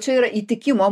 čia yra įtikimo